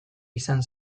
izan